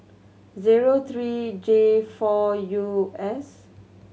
zero three J four U S